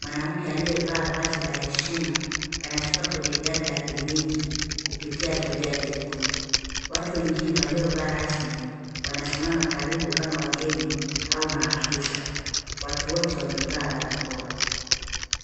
Mwanamke alie vaa vazi la heshima na anashuka kwenye gari la kliniki kupitia zulia jekundu. Watu wengine waleo vaa rasmi wanasimama karibu kama wageni au maafisa. Watu wote wamevaa barakoa.